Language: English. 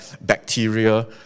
bacteria